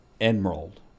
Emerald